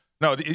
no